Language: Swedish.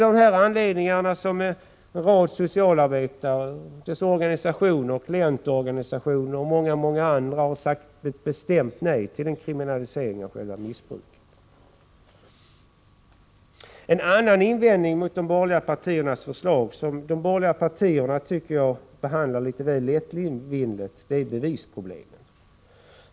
Därför har också en rad socialarbetare, deras organisationer, klientorganisationerna och många andra sagt ett bestämt nej till en kriminalisering av själva missbruket. En annan invändning mot de borgerliga partiernas förslag, en invändning som de borgerliga partierna enligt min mening behandlar litet lättvindigt, är bevisproblemen.